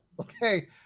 Okay